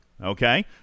Okay